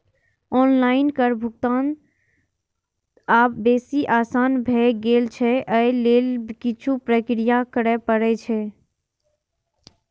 online कर भुगतान आब बेसी आसान भए गेल छै, अय लेल किछु प्रक्रिया करय पड़ै छै